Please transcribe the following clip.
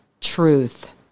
truth